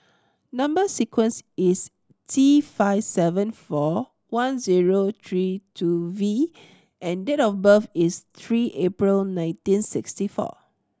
number sequence is T five seven four one zero three two V and date of birth is three April nineteen sixty four